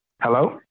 Hello